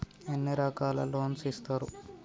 ఎన్ని రకాల లోన్స్ ఇస్తరు?